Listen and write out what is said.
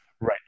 Right